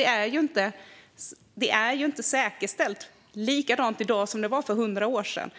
Inte heller när det gäller den delen är det alltså säkerställt på samma sätt i dag som det var för hundra år sedan.